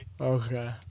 Okay